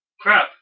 crap